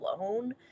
alone